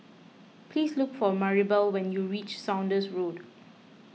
please look for Maribel when you reach Saunders Road